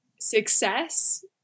success